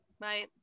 right